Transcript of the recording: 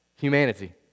humanity